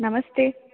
नमस्ते